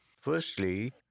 Firstly